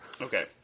Okay